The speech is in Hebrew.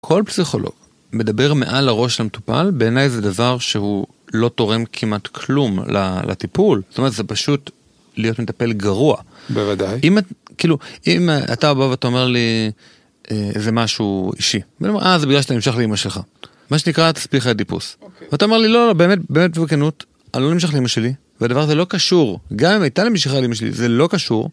כל פסיכולוג מדבר מעל הראש של המטופל בעיניי זה דבר שהוא לא תורם כמעט כלום לטיפול, זאת אומרת זה פשוט להיות מטפל גרוע. בוודאי. אם את.. כאילו אם אתה בא ואתה אומר לי איזה משהו אישי, אני אומר אה זה בגלל שאתה נמשך לאמא שלך, מה שנקרא תסביך אדיפוס. אוקיי. ואתה אומר לי לא לא באמת ובכנות, אני לא נמשך לאמא שלי והדבר הזה לא קשור, גם אם הייתה לי משיכה לאמא שלי זה לא קשור.